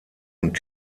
und